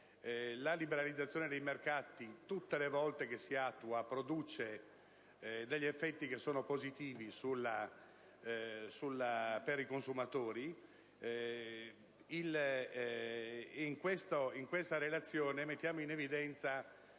La liberalizzazione dei mercati tutte le volte che si attua produce degli effetti positivi per i consumatori, e in questa relazione mettiamo in evidenza